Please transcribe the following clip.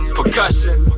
Percussion